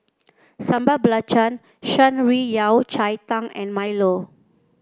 Sambal Belacan Shan Rui Yao Cai Tang and milo